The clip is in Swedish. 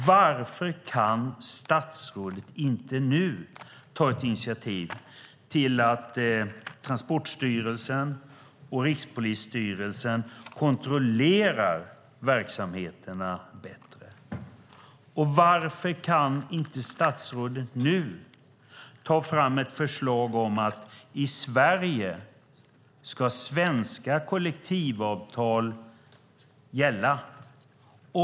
Varför kan inte statsrådet nu ta ett initiativ till att Transportstyrelsen och Rikspolisstyrelsen ska kontrollera verksamheterna bättre? Varför kan inte statsrådet nu ta fram ett förslag om att svenska kollektivavtal ska gälla i Sverige?